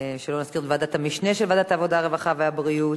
שלא להזכיר את ועדת המשנה של ועדת העבודה והרווחה והבריאות.